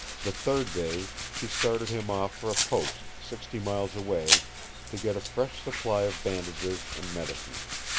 the third day she started him off for a post sixty miles away to get a fresh supply of bandages and medicines.